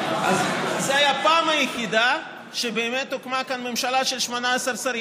זו הייתה הפעם היחידה שבאמת הוקמה כאן ממשלה של 18 שרים,